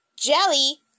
jelly